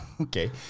Okay